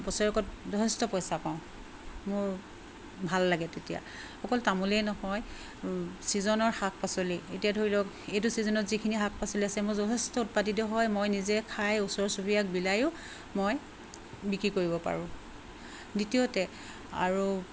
বছৰেকত যথেষ্ট পইচা পাওঁ মোৰ ভাল লাগে তেতিয়া অকল তামোলেই নহয় ছিজনৰ শাক পাচলি এতিয়া ধৰি লওক এইটো ছিজনত যিখিনি শাক পাচলি আছে মোৰ যথেষ্ট উৎপাদিত হয় মই নিজে খাই ওচৰ চুবুৰীয়াক বিলায়ো মই বিক্ৰী কৰিব পাৰোঁ দ্বিতীয়তে আৰু